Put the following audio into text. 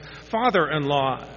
father-in-law